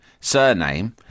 surname